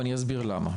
ואני אסביר למה.